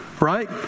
right